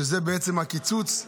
שזה בעצם הקיצוץ הרוחבי,